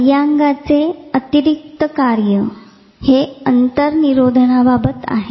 बाह्यांगाचे अतिरेकी कार्य हे अंतर्निरोधाबाबत आहे